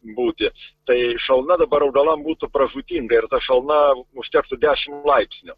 būti tai šalna dabar augalam būtų pražūtinga ir ta šalna užtektų dešim laipsnių